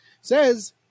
says